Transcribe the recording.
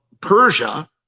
Persia